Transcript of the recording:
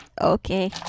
Okay